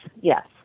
yes